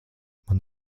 man